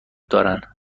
دارن